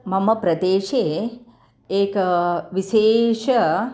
मम प्रदेशे एकः विशेषः